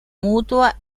mutua